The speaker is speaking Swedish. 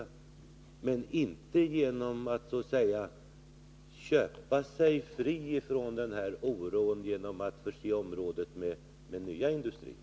Man kan inte så att säga köpa sig fri från den här oron genom att förse området med nya industrier.